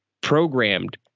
programmed